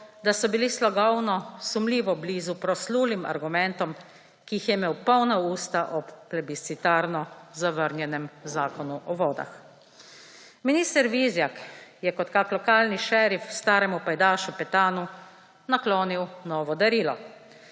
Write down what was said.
da so bili slogovno sumljivo blizu proslulim argumentom, ki jih je imel polna usta ob plebiscitarno zavrnjenem Zakonu o vodah. Minister Vizjak je kot kakšen lokalni šerif staremu pajdašu Petanu naklonil novo darilo.